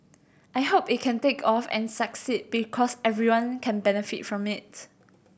I hope it can take off and succeed because everyone can benefit from it